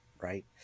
right